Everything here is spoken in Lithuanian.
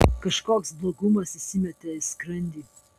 kažkoks blogumas įsimetė į skrandį